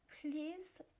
please